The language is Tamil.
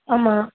ஆமாம்